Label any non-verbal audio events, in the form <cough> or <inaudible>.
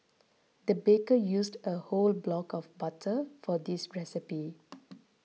the baker used a whole block of butter for this recipe <noise>